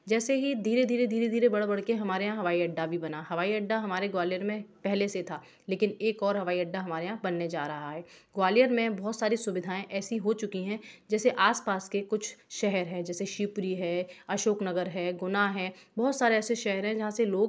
जैसे ही धीरे धीरे धीरे धीरे बढ़ बढ़ के हमारे यहाँ हवाई अड्डा भी बना हवाई अड्डा हमारे ग्वालियर में पहले से था लेकिन एक और हवाई अड्डा हमारे यहाँ बनने जा रहा है ग्वालियर में बहुत सारी सुविधाऍं ऐसी हो चुकी हैं जैसे आस पास के कुछ शहर है जैसे शिवपुरी है अशोक नगर है गुना है बहुत सारे ऐसे शहर हैं जहाँ से लोग